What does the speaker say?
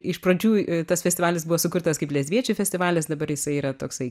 iš pradžių tas festivalis buvo sukurtas kaip lesbiečių festivalis dabar jisai yra toksai